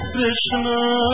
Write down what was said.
Krishna